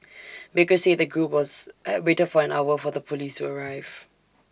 baker said the group was at waited for an hour for the Police to arrive